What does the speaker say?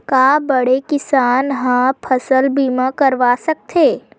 का बड़े किसान ह फसल बीमा करवा सकथे?